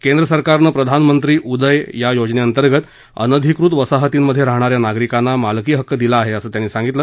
केंद्रसरकारनं प्रधानमंत्री उदय योजनेअंतर्गत अनधिकृत वसाहतींमधे राहणाऱ्या नागरिकांना मालकी हक्क दिला आहे असं त्यांनी सांगितलं